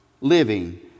living